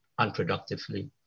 unproductively